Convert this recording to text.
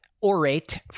orate